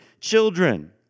children